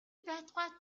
байтугай